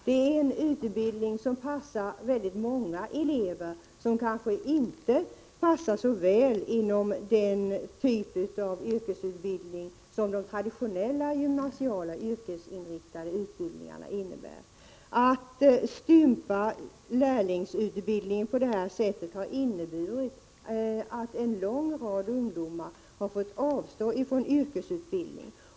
Det är en utbildning som passar väldigt många elever, som kanske inte trivs så väl inom den typ av yrkesutbildning som de traditionella gymnasiala yrkesinriktade utbildningarna innebär. Att stympa lärlingsutbildningen på det här sättet har inneburit att en lång rad ungdomar har fått avstå från yrkesutbildning.